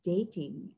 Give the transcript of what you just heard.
Dating